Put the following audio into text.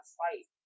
fight